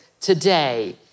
Today